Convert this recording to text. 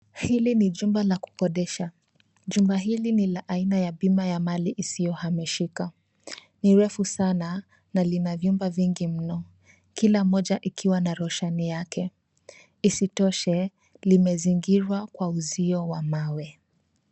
Hili ni jumba la kokodesha. Jumba hili ni aina ya bima ya mali isiyohamishika. Ni refu sana, na lina vyumba vingi mno. Kila moja ikiwa na roshani yake. Isitoshe, limezingirwa kwa uzio wa mawe.